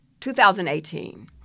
2018